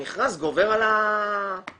המכרז גובר על החוזה.